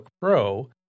Pro